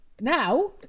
now